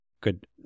good